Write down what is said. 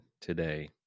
today